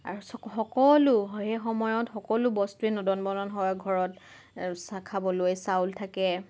আৰু চ সকলো সেই সময়ত সকলো বস্তুৱেই নদন বদন হয় ঘৰত খাবলৈ চাউল থাকে